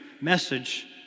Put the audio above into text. message